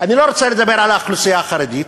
אני לא רוצה לדבר על האוכלוסייה החרדית,